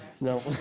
No